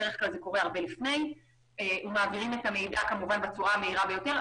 בדרך כלל זה קורה הרבה לפני ומעבירים את המידע בצורה המהירה ביותר.